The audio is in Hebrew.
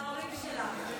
נשארתי רק בגלל ההורים שלך.